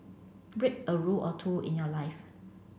break a rule or two in your life